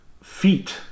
feet